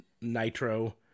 nitro